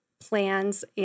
plans